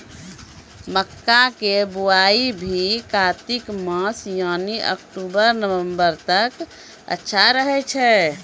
मक्का के बुआई भी कातिक मास यानी अक्टूबर नवंबर तक अच्छा रहय छै